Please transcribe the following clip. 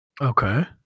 Okay